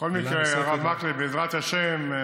בכל מקרה, הרב מקלב, בעזרת השם,